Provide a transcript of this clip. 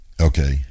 Okay